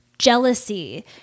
jealousy